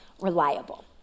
reliable